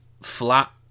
flat